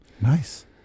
Nice